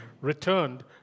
returned